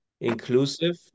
inclusive